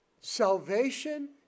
Salvation